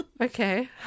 Okay